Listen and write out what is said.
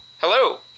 Hello